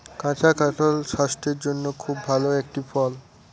কাঁচা কাঁঠাল স্বাস্থের জন্যে খুব ভালো একটি ফল